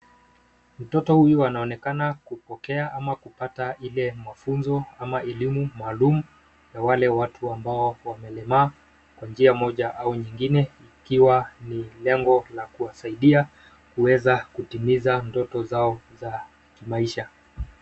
Mtoto huyu anaonekana kupokea ama kupata ile mafunzo ama elimu maalum ya wale watu ambao wamelemaa kwa njia moja au nyingine ikiwa ni lengo la kuwasaidia kuweza kutimiza ndoto zao za kimaisha.